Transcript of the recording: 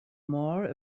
more